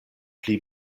pli